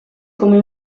come